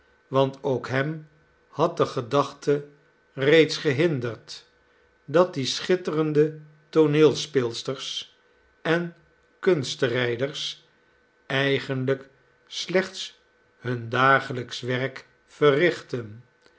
want ook hem had de gedachte reeds gehinderd dat die schitterende tooneelspeelsters en kunstrijders eigenlijk slechts hun dagelijksch werk verrichtten